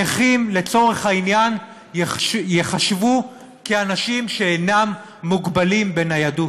נכים לצורך העניין ייחשבו כשאנשים שאינם מוגבלים בניידות.